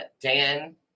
Dan